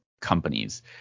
companies